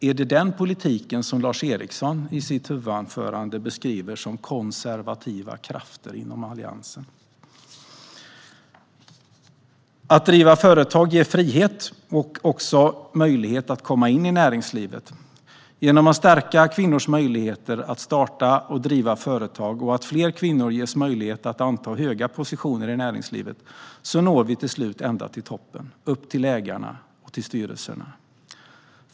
Är det den politiken som Lars Eriksson i sitt huvudanförande beskrev som konservativa krafter inom Alliansen? Att driva företag ger frihet och också möjlighet att komma in i näringslivet. Genom att stärka kvinnors möjligheter att starta och driva företag och genom att fler kvinnor ges möjlighet att anta höga positioner i näringslivet når vi till slut ända till toppen, upp till ägarna och till styrelsen.